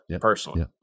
personally